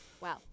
Wow